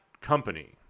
company